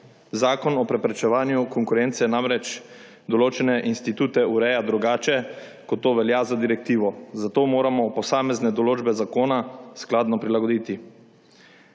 Zakon o preprečevanju konkurence namreč določene institute ureja drugače, kot to velja za direktivo, zato moramo posamezne določbe zakona skladno prilagoditi.